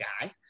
guy